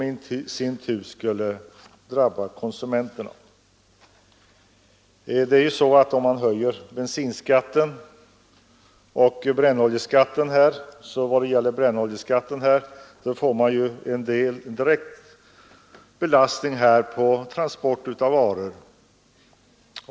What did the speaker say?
En ökning av transportkostnaderna drabbar ju i sista hand konsumenterna.